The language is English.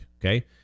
Okay